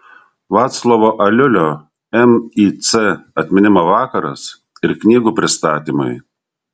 vaclovo aliulio mic atminimo vakaras ir knygų pristatymai